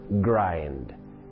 grind